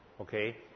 Okay